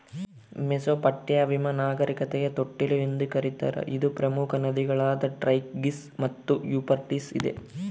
Mesopotamia ನಾಗರಿಕತೆಯ ತೊಟ್ಟಿಲು ಎಂದು ಕರೀತಾರ ಇದು ಪ್ರಮುಖ ನದಿಗಳಾದ ಟೈಗ್ರಿಸ್ ಮತ್ತು ಯೂಫ್ರಟಿಸ್ ಇದೆ